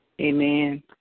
Amen